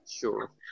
Sure